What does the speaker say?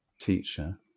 teacher